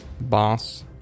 boss